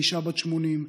אישה בת 80,